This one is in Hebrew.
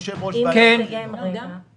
גברתי חברת הכנסת קטי שטרית,